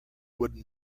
wooden